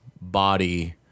body